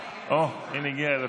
אוה, הינה הגיע לפיד.